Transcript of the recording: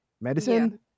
medicine